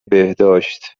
بهداشت